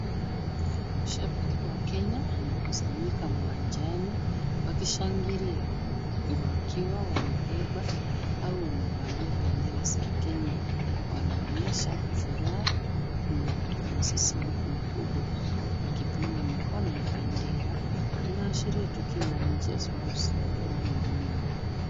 Mashabiki wa Kenya wamekusanyika uwanjani wakishangilia wakiwa wamebeba au wamevalia bendera za Kenya wanaonyesha furaha na msisimko mkubwa wakipunga mikono na bendera. Inaashiria tukio la michezo au sherehe muhimu.